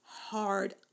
hard